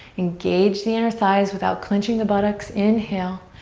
engage the inner thighs without clenching the buttocks. inhale.